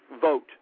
vote